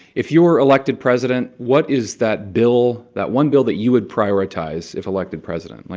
if you were elected president, what is that bill that one bill that you would prioritize if elected president? like,